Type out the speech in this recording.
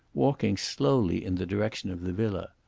walking slowly in the direction of the villa.